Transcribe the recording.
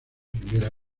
primera